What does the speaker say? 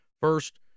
First